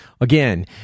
Again